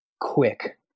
quick